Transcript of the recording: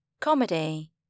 Comedy